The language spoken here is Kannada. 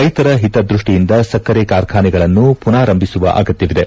ರೈತರ ಹಿತದ್ಯಷ್ಷಿಯಿಂದ ಸಕ್ಕರ ಕಾರ್ಖಾನೆಗಳನ್ನು ಪುನಾರಂಭಿಸುವ ಅಗತ್ಯವಿದೆ